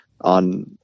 on